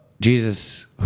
Jesus